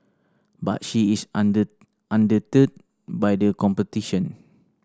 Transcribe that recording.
but she is undeterred by the competition